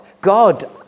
God